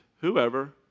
whoever